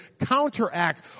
counteract